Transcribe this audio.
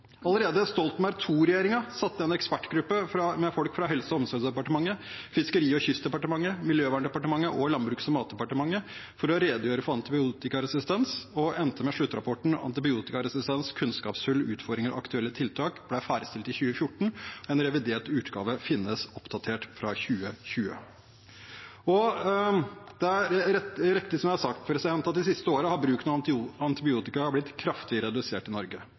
Allerede Stoltenberg II-regjeringen satte ned en ekspertgruppe, med folk fra Helse- og omsorgsdepartementet, Fiskeri- og kystdepartementet, Miljøverndepartementet og Landbruks- og matdepartementet, for å redegjøre for antibiotikaresistens. Det endte med sluttrapporten «Antibiotikaresistens – kunnskapshull, utfordringer og aktuelle tiltak», som ble ferdigstilt i 2014. En revidert utgave finnes oppdatert fra 2020. Det er riktig som det er sagt, at de siste årene har bruken av antibiotika blitt kraftig redusert i Norge,